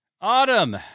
Autumn